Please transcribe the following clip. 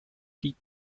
fille